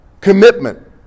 commitment